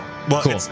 Cool